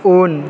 उन